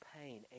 pain